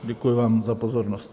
Děkuji vám za pozornost.